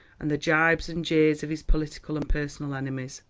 and the gibes and jeers of his political and personal enemies,